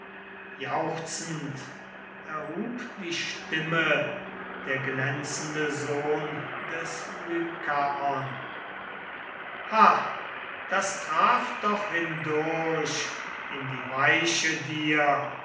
jauchzend erhub die stimme der glänzende sohn des lykaon ha das traf doch hindurch in die weiche dir